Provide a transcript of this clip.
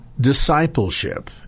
discipleship